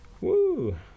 Woo